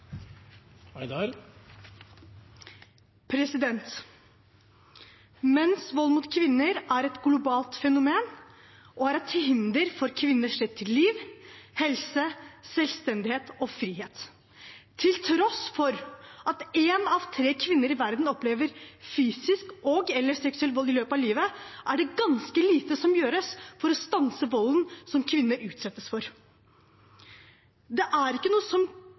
frihet. Til tross for at én av tre kvinner i verden opplever fysisk og/eller seksuell vold i løpet av livet, er det ganske lite som gjøres for å stanse volden som kvinner utsettes for. Det er ikke bare noe som